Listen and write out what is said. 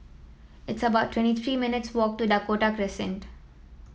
it's about twenty three minutes' walk to Dakota Crescent